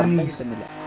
um nation and